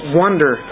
wonder